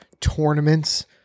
tournaments